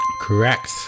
Correct